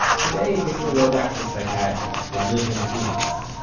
today victor rodack's a psychiatrist, and lives in queens,